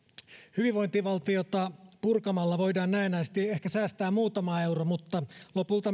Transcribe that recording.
hyvinvointivaltiota purkamalla voidaan näennäisesti ehkä säästää muutama euro mutta lopulta